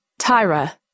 Tyra